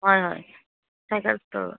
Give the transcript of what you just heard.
হয় হয় cycle store